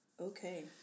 okay